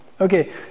Okay